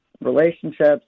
relationships